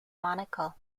monaco